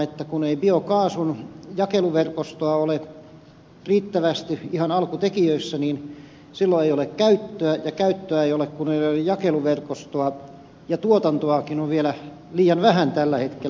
että kun ei biokaasun jakeluverkostoa ole riittävästi se on ihan alkutekijöissä niin silloin ei ole käyttöä ja käyttöä ei ole kun ei ole jakeluverkostoa ja tuotantoakin on vielä liian vähän tällä hetkellä